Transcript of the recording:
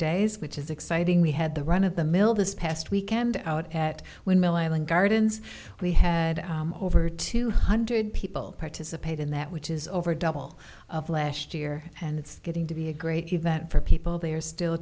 days which is exciting we had the run of the mill this past weekend out at windmill island gardens we had over two hundred people participate in that which is over double of last year and it's getting to be a great event for people there still